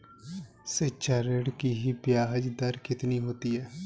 शिक्षा ऋण की ब्याज दर कितनी होती है?